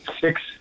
six